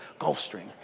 Gulfstream